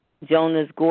Jonas